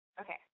okay